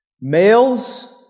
Males